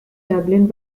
dublin